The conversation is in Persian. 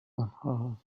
آنها